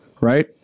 Right